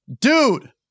Dude